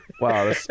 Wow